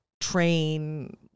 train